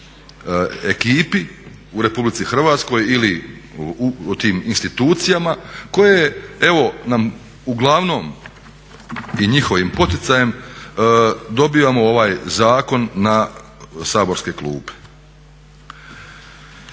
ekipi u RH ili u tim institucijama koje evo nam uglavnom i njihovim poticajem dobivamo ovaj zakon na saborske klupe.